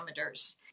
parameters